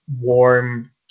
warm